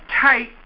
tight